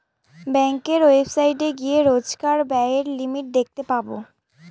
ব্যাঙ্কের ওয়েবসাইটে গিয়ে রোজকার ব্যায়ের লিমিট দেখতে পাবো